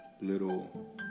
little